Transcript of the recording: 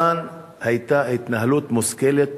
כאן היתה התנהלות מושכלת